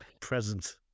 Present